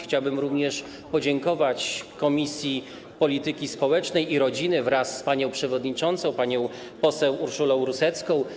Chciałbym również podziękować Komisji Polityki Społecznej i Rodziny z panią przewodniczącą, panią poseł Urszulą Rusecką.